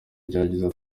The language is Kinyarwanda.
igerageza